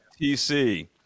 TC